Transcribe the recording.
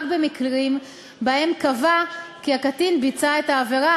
במקרים שבהם קבע כי הקטין ביצע את העבירה,